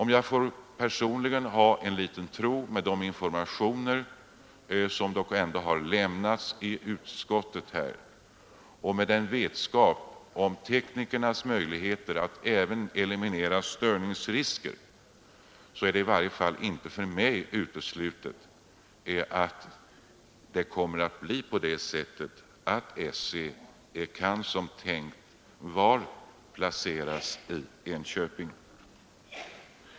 Med hjälp av de informationer som lämnats i utskottet och i vetskap om teknikernas möjligheter att även eliminera störningsrisker är det i varje fall enligt min personliga tro inte uteslutet att § 1 som det från början var tänkt kommer att placeras i Enköping.